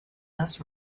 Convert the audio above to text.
less